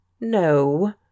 No